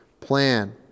plan